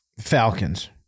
Falcons